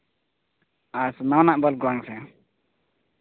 ᱟᱪᱪᱷᱟ ᱱᱟᱣᱟ ᱱᱟᱜ ᱵᱟᱞᱵ ᱠᱚ ᱦᱮᱸᱥᱮ